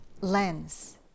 lens